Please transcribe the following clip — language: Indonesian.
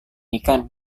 ikan